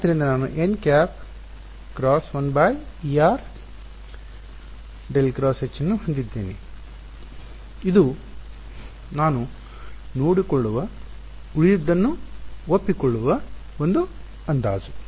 ಆದ್ದರಿಂದ ನಾನು nˆ × 1 εr∇ × H ಅನ್ನು ಹೊಂದಿದ್ದೇನೆ ಇದು ನಾನು ನೋಡಿಕೊಳ್ಳುವ ಉಳಿದದ್ದನ್ನು ಒಪ್ಪಿಕೊಳ್ಳುವ ಒಂದು ಅಂದಾಜು